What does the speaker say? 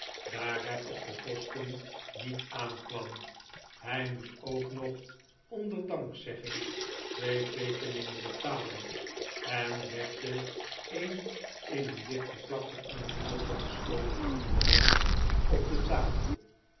daar het op de kosten niet aankwam hij moest ook nog onder dankzegging twee teekeningen betalen en legde een in een dichtgelakte enveloppe gesloten bankbiljet op de tafel